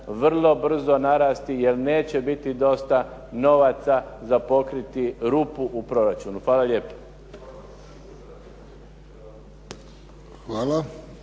vrlo brzo narasti jer neće biti dosta novaca za pokriti rupu u proračunu. Hvala lijepo.